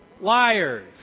Liars